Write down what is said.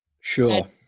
Sure